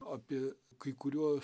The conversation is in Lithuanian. apie kai kuriuos